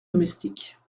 domestiques